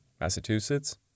Massachusetts